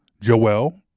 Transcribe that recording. Joel